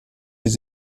les